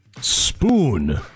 spoon